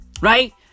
Right